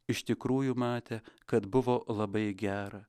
iš tikrųjų matė kad buvo labai gera